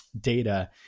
data